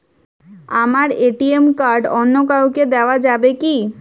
আমার ATM card অন্য কাউকে দেওয়া যাবে কি?